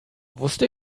wusste